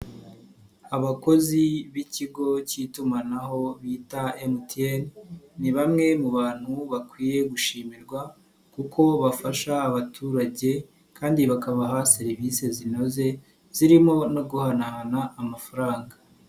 Abakozi b'ikigo k'itumanaho bita MTN ni bamwe mu bantu bakwiye gushimirwa kuko bafasha abaturage kandi bakabaha serivise zinoze zirimo no guhanahana amafaranga.